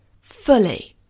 fully